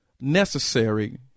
necessary